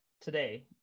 today